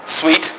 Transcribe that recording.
sweet